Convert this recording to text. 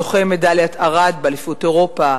זוכה מדליית ארד באליפות אירופה,